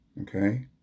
Okay